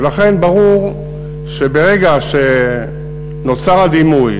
ולכן ברור שברגע שנוצר הדימוי,